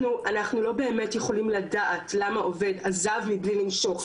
אנחנו לא באמת יכולים לדעת למה עובד עזב מבלי למשוך,